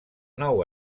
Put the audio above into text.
nou